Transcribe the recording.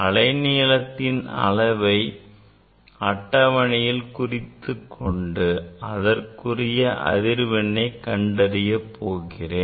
அலைநீளத்தின் அளவை அட்டவணைகள் குறித்துக் கொண்டு அதற்குரிய அதிர்வெண்ணை கண்டறிய போகிறேன்